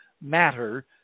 matter